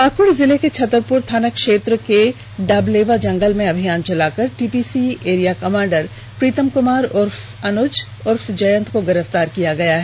पलामू जिले के छतरपुर थाना क्षेत्र के डाबलेवा जंगल में अभियान चलाकर TPC area commander Pritam Kumar उर्फ अनुज उर्फ जयंत को गिरफ्तार किया है